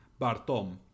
Bartom